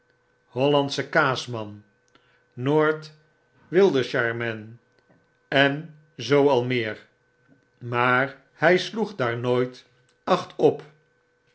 noord wiltshireman en zoo al meer maar htf sloeg daar nooit acht op